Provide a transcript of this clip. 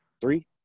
three